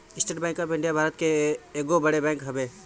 estate Bank of India Bharat के एगो बड़ बैंक हवे